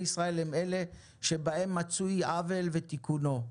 ישראל הם אלה שבהם מצוי עוול ותיקונו,